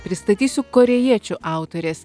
pristatysiu korėjiečių autorės